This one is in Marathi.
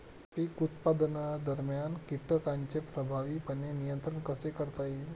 पीक उत्पादनादरम्यान कीटकांचे प्रभावीपणे नियंत्रण कसे करता येईल?